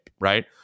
right